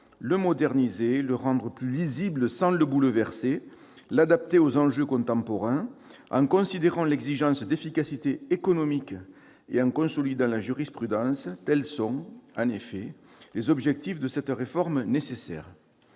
le moderniser, le rendre plus lisible sans le bouleverser, l'adapter aux enjeux contemporains en considérant l'exigence d'efficacité économique et en consolidant la jurisprudence, tels sont, en effet, les objectifs de cette réforme nécessaire.